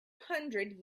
hundred